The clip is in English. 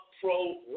pro